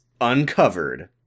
Uncovered